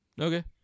Okay